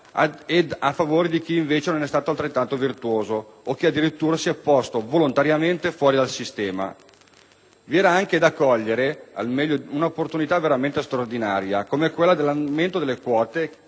o di favore per chi non è stato altrettanto virtuoso o, addirittura, si è posto volontariamente al di fuori del sistema. Vi era anche da cogliere l'opportunità veramente straordinaria dell'aumento delle quote